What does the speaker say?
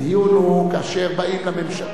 זה לא הדיון.